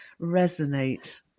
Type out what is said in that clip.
resonate